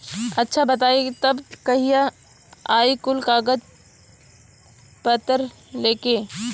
अच्छा बताई तब कहिया आई कुल कागज पतर लेके?